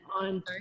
on